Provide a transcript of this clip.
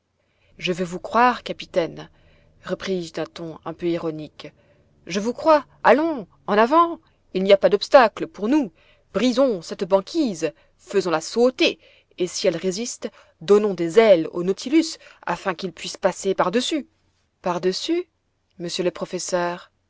je veux vous croire capitaine repris-je d'un ton un peu ironique je vous crois allons en avant il n'y a pas d'obstacles pour nous brisons cette banquise faisons la sauter et si elle résiste donnons des ailes au nautilus afin qu'il puisse passer par-dessus par-dessus monsieur le professeur